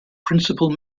principal